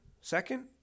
second